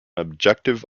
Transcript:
objective